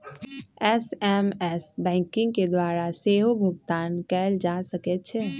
SMS banking के द्वारा सेहो भुगतान कएल जा सकै छै